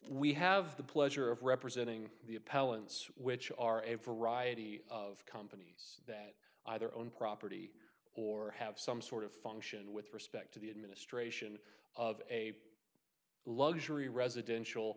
we have the pleasure of representing the appellant's which are a variety of companies that either own property or have some sort of function with respect to the administration of a luxury residential